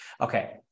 Okay